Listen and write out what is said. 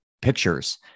pictures